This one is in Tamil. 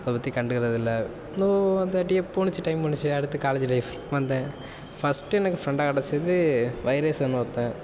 அதைப்பத்தி கண்டுக்கிறது இல்லை ஏதோ அது அப்படே போணுச்சு டைம் போணுச்சு அடுத்து காலேஜ் லைஃப் வந்தேன் ஃபஸ்ட்டு எனக்கு ஃப்ரெண்டாக கிடைச்சது வைரஸுன்னு ஒருத்தன்